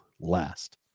last